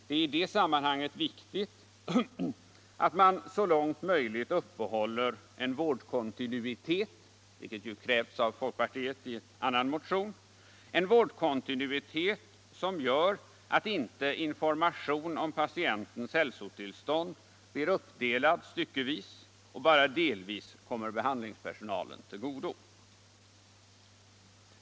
Det är i det sammanhanget väsentligt att man så långt möjligt uppehåller en vårdkontinuitet —- vilket krävs av folkpartiet i en annan motion — som gör att informationen om patienternas hälsotillstånd inte blir uppdelad i stycken och bara delvis kommer behandlingspersonalen till godo.